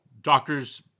doctors